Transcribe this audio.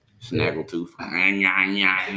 Snaggletooth